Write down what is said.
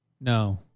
No